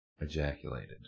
ejaculated